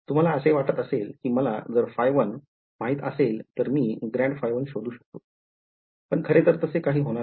तुम्हाला असे वाटत असेल की मला जर फाय वन माहित असेल तर मी शोधू शकतो पण खरे तर तसे काही होणार नाही